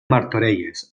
martorelles